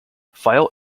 file